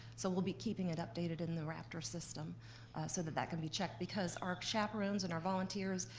so we'll be keeping it updated in the raptor system so that that can be checked. because our chaperones and our volunteers,